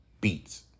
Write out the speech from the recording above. Beats